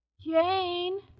Jane